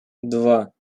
два